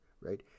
right